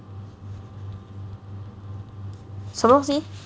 什么东西